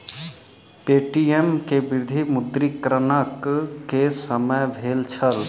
Paytm के वृद्धि विमुद्रीकरण के समय भेल छल